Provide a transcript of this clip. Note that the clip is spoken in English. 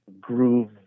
groove